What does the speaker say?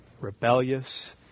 rebellious